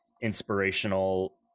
inspirational